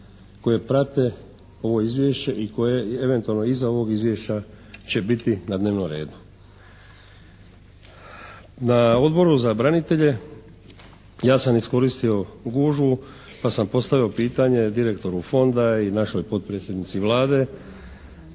koje prate ovo izvješće i koje eventualno iza ovog izvješća će biti na dnevnom redu. Na Odboru za branitelje ja sam iskoristio gužvu pa sam postavio pitanje direktoru Fonda i našoj potpredsjednici Vlade